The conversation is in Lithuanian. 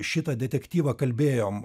šitą detektyvą kalbėjom